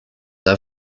out